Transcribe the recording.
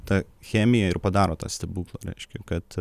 ta chemija ir padaro tą stebuklą reiškia kad